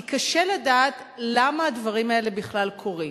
כי קשה לדעת למה הדברים האלה בכלל קורים,